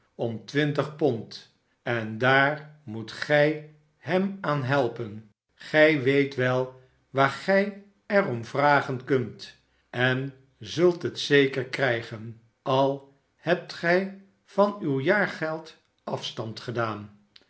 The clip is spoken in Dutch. om twintig pond en daar moet gij hem aan helpen gij weet wel waar gij er om vragen kunt en zult het zeker krijgen al hebt gij van